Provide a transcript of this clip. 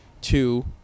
Two